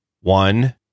One